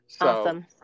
Awesome